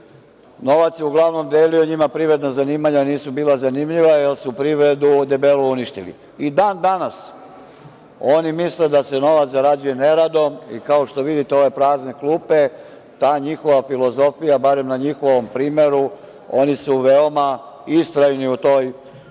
novac se uglavnom delio, njima privredna zanimanja nisu bila zanimljiva, jer su privredu debelo uništili. Dan danas oni misle da se novac zarađuje neradom, kao što vidite ove prazne klupe, ta njihova filozofija barem na njihovom primer, oni su veoma istrajni u toj